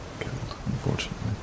unfortunately